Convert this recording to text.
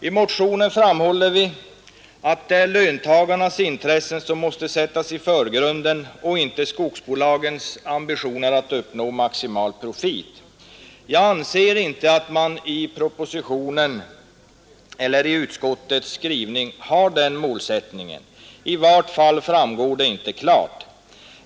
I motionen framhåller vi också att det är löntagarnas intressen som måste sättas i förgrunden och inte skogsbolagens ambitioner att uppnå maximal profit. Jag anser inte att den målsättningen finns i propositionen eller i utskottets skrivning — i vart fall framgår det inte klart.